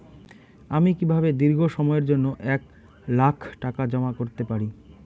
আমি কিভাবে দীর্ঘ সময়ের জন্য এক লাখ টাকা জমা করতে পারি?